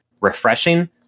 refreshing